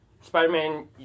spider-man